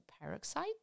peroxide